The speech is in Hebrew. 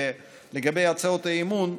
לגבי הצעות האי-אמון,